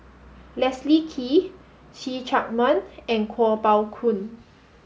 Leslie Kee See Chak Mun and Kuo Pao Kun